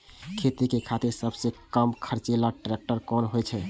खेती के खातिर सबसे कम खर्चीला ट्रेक्टर कोन होई छै?